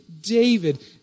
David